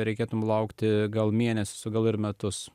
reikėtų laukti gal mėnesius o gal ir metus